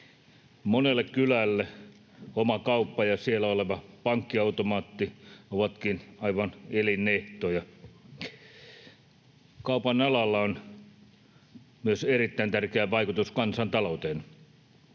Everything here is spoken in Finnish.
Monelle kylälle oma kauppa ja siellä oleva pakettiautomaatti ovatkin aivan elinehtoja. Kaupan alalla on myös erittäin tärkeä vaikutus kansantalouteen.